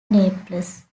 naples